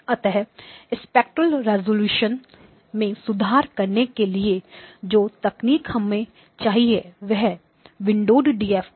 अतः spectral resolution में सुधार करने के लिए जो तकनीक हमें चाहिए वह विंडोएड डीएफटी